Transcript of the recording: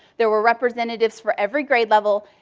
there were representatives for every grade level.